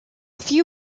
few